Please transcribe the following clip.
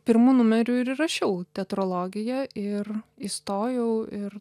pirmu numeriu ir įrašiau teatrologiją ir įstojau ir